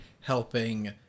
Helping